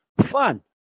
fun